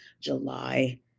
July